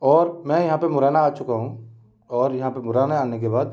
और मैं यहाँ पे मुरैना आ चुका हूँ और यहाँ पे मुरैना आने के बाद